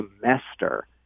semester